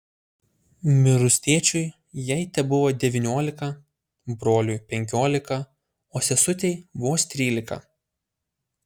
mirus tėčiui jai tebuvo devyniolika broliui penkiolika o sesutei vos trylika